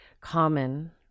common